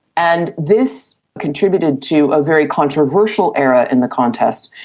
and this contributed to a very controversial era in the contest,